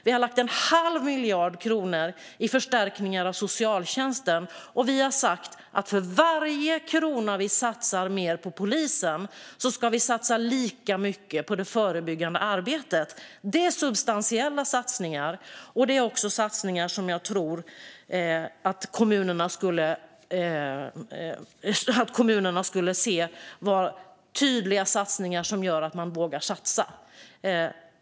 Vi har lagt en halv miljard kronor på förstärkningar av socialtjänsten. Och vi har sagt att för varje krona mer som vi satsar på polisen ska vi satsa lika mycket på det förebyggande arbetet. Detta är substantiella satsningar, och det är satsningar som jag tror att kommunerna skulle se som tydliga så att de vågar satsa.